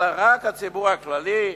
אלא רק הציבור הכללי.